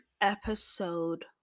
episode